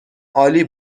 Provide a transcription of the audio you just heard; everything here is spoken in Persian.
عالی